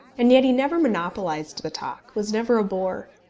and yet he never monopolised the talk, was never a bore.